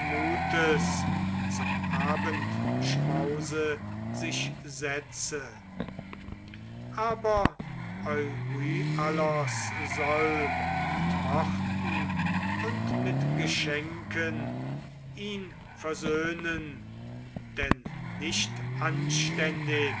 zum abendschmause sich setze aber euryalos soll mit worten und mit geschenken ihn versöhnen denn nicht anständig